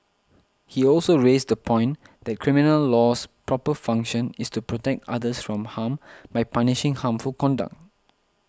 he also raised the point that criminal law's proper function is to protect others from harm by punishing harmful conduct